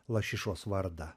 lašišos vardą